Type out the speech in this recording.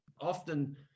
Often